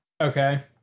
okay